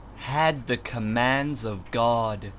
had the commands of god,